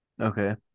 Okay